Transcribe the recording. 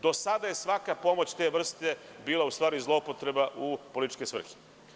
Do sada je svaka pomoć te vrste bila zloupotreba u političke svrhe.